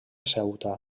ceuta